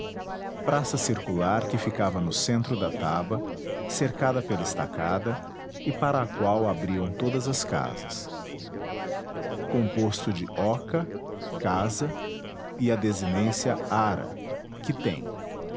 praça circular que ficava no centro da taba cercada pela estacada e para a qual abriam todas as casas composto de oca casa e a desinência ara que tem